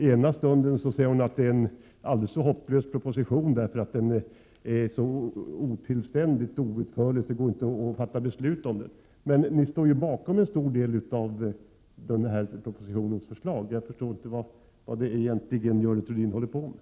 Hon säger att det här är en alldeles hopplös proposition, att den är otillständig och att det inte går att fatta beslut om den. Men ni står ju bakom en stor del av propositionens förslag. Jag förstår inte vad Görel Thurdin egentligen håller på med.